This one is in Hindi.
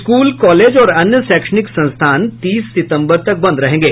स्कूल कॉलेज और अन्य शैक्षणिक संस्थान तीस सितम्बर तक बंद रहेंगे